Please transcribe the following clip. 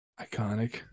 Iconic